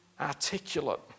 articulate